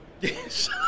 Yes